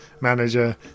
manager